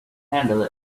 handle